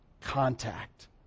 contact